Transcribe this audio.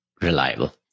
reliable